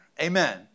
Amen